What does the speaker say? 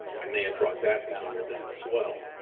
and they had brought that down with them as well.